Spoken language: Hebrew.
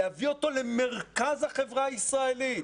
להביא אותה למרכז החברה הישראלית,